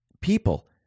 people